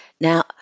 Now